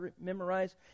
memorize